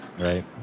right